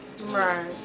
Right